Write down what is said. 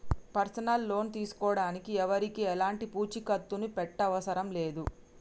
personal loan తీసుకోడానికి ఎవరికీ ఎలాంటి పూచీకత్తుని పెట్టనవసరం లేదు